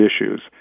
issues